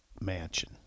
mansion